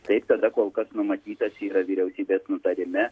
taip tada kol kas numatytas yra vyriausybės nutarime